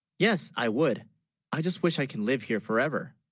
yes i would i just wish i can, live here forever